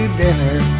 dinner